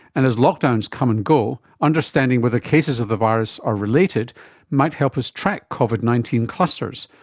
and as lockdowns come and go, understanding whether cases of the virus are related might help us track covid nineteen clusters,